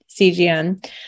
CGN